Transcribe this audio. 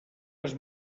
les